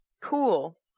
Cool